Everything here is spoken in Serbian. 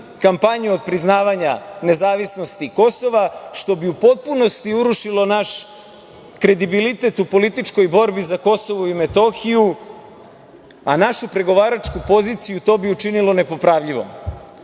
kampanju otpriznavanja nezavisnosti Kosova, što bi u potpunosti urušilo naš kredibilitet u političkoj borbi za Kosovo i Metohiju, a našu pregovaračku poziciju to bi učinilo nepopravljivom.